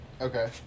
Okay